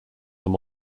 them